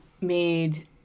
made